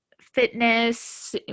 fitness